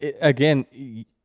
again